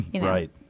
Right